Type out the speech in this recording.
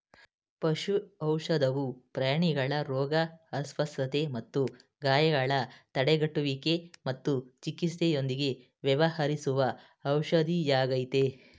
ಪಶು ಔಷಧವು ಪ್ರಾಣಿಗಳ ರೋಗ ಅಸ್ವಸ್ಥತೆ ಮತ್ತು ಗಾಯಗಳ ತಡೆಗಟ್ಟುವಿಕೆ ಮತ್ತು ಚಿಕಿತ್ಸೆಯೊಂದಿಗೆ ವ್ಯವಹರಿಸುವ ಔಷಧಿಯಾಗಯ್ತೆ